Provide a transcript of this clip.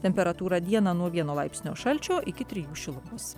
temperatūra dieną nuo vieno laipsnio šalčio iki trijų šiurpūs